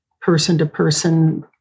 person-to-person